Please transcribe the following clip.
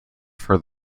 for